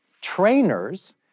trainers